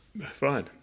Fine